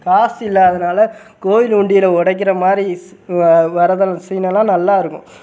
காசு இல்லாததினால கோயில் உண்டியலை உடைக்கிற மாதிரி ஸ் வர்றது சீன் எல்லாம் நல்லா இருக்கும்